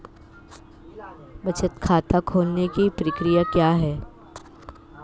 बचत खाता खोलने की प्रक्रिया क्या है?